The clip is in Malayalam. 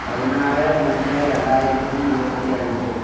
പതിനാറ് മൂന്ന് രണ്ടായിരത്തി ഇരുപത്തി രണ്ട്